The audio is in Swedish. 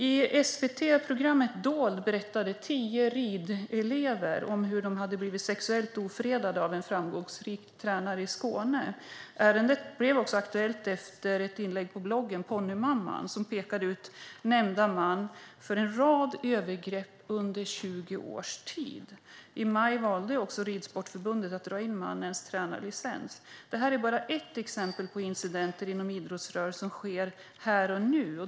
I SVT-programmet Dold berättade tio ridelever om hur de hade blivit sexuellt ofredade av en framgångsrik tränare i Skåne. Ärendet blev också aktuellt efter ett inlägg på bloggen Ponnymamman , som pekade ut nämnda man för att ha utfört en rad övergrepp under 20 års tid. I maj valde också Ridsportförbundet att dra in mannens tränarlicens. Detta är bara ett exempel på incidenter inom idrottsrörelsen som sker här och nu.